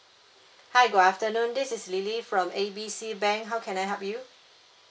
hi good afternoon this is lily from A B C bank how can I help you